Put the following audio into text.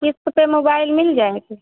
क़िस्त पर मोबाइल मिल जाएगी